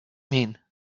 mean